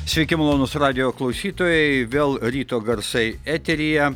sveiki malonūs radijo klausytojai vėl ryto garsai eteryje